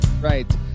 Right